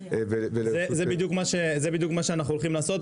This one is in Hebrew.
זה בדיוק מה שאנחנו הולכים לעשות.